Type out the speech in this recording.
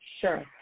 Sure